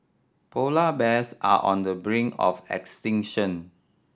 polar bears are on the brink of extinction